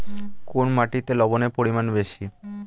কোন মাটিতে লবণের পরিমাণ বেশি?